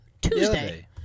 Tuesday